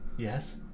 Yes